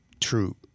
true